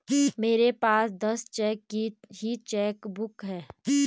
मेरे पास दस चेक की ही चेकबुक है